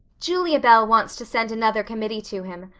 julia bell wants to send another committee to him,